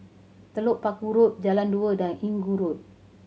Telok Paku Road Jalan Dua and Inggu Road